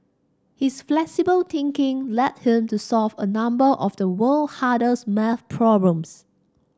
his flexible thinking led him to solve a number of the world hardest maths problems